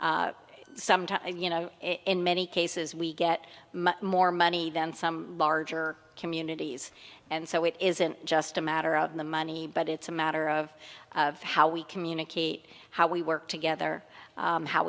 sometimes you know in many cases we get more money than some larger communities and so it isn't just a matter of the money but it's a matter of how we communicate how we work together